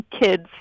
kids